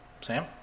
Sam